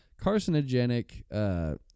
carcinogenic